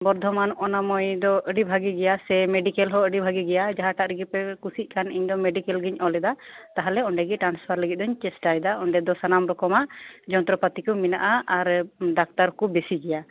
ᱵᱚᱨᱫᱷᱚᱢᱟᱱ ᱚᱱᱟ ᱢᱚᱭᱫᱚ ᱟᱹᱰᱤ ᱵᱷᱟᱜᱤ ᱜᱮᱭᱟ ᱥᱮ ᱢᱮᱰᱤᱠᱮᱞ ᱦᱚᱸ ᱟᱹᱰᱤ ᱵᱷᱟᱜᱤ ᱜᱮᱭᱟ ᱡᱟᱦᱟᱴᱟᱜ ᱨᱮᱜᱮ ᱯᱮ ᱠᱩᱥᱤᱜ ᱠᱷᱟᱱ ᱤᱧ ᱫᱚ ᱢᱮᱰᱤᱠᱮᱞ ᱜᱮᱧ ᱚᱞᱮᱫᱟ ᱛᱟᱦᱚᱞᱮ ᱚᱰᱮᱸ ᱜᱮ ᱴᱨᱟᱱᱥᱯᱷᱟᱨ ᱞᱟᱹᱜᱤᱫ ᱫᱩᱧ ᱪᱮᱥᱴᱟ ᱭᱮᱫᱟ ᱚᱰᱮᱫᱚ ᱥᱟᱱᱟᱢ ᱨᱚᱠᱚᱢᱟᱜ ᱡᱚᱱᱴᱨᱚ ᱯᱟᱛᱤ ᱠᱚ ᱢᱮᱱᱟᱜᱼᱟ ᱟᱨ ᱰᱟᱠᱛᱟᱨ ᱠᱩ ᱵᱤᱥᱤ ᱜᱮᱭᱟ